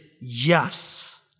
yes